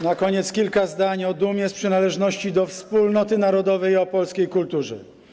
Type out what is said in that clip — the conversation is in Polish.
Na koniec kilka zdań o dumie z przynależności do wspólnoty narodowej i o polskiej kulturze.